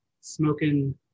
smoking